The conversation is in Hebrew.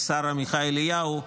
והשר עמיחי אליהו,